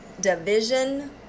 division